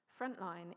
Frontline